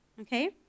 Okay